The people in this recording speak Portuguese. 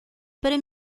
para